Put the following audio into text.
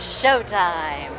showtime